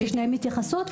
יש לשניהם התייחסות.